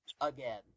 again